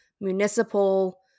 municipal